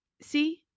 See